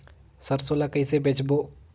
सरसो ला कइसे बेचबो?